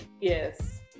Yes